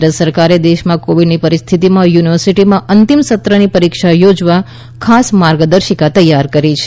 કેન્દ્ર સરકારે દેશમાં કોવિડની પરિસ્થિતિમાં યુનિવર્સિટીઓમાં અંતિમ સત્રની પરિક્ષા યોજવા ખાસ માર્ગદર્શિકા તૈયાર કરી છે